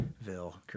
Ville